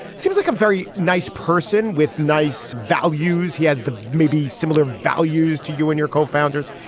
seems like a very nice person with nice values. he has the maybe similar values to you and your co-founders.